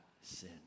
sin